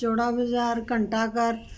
ਚੌੜਾ ਬਜ਼ਾਰ ਘੰਟਾ ਘਰ